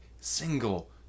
single